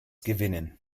gewinnen